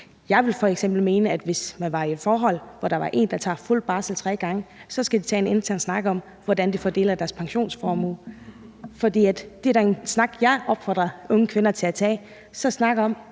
Jeg vil f.eks. mene, at man, hvis man er i et forhold, hvor der er en, der tager fuld barsel tre gange, så skal tage en intern snak om, hvordan man fordeler sin pensionsformue. For det er da en snak, jeg opfordrer unge kvinder til at tage, altså at snakke om,